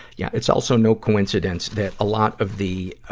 yeah, it's also no coincidence that a lot of the, ah,